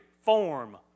form